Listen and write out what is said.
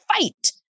fight